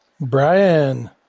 Brian